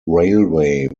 railway